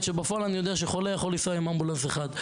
כשבפועל אני יודע שחולה יכול לנסוע עם אמבולנס אחד.